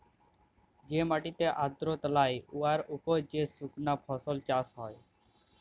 যে মাটিতে আর্দ্রতা লাই উয়ার উপর যে সুকনা ফসল চাষ হ্যয়